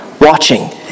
watching